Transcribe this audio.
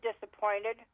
disappointed